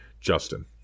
Justin